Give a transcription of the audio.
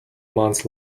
months